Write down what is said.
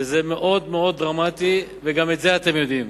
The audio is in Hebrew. וזה מאוד-מאוד דרמטי, וגם את זה אתם יודעים.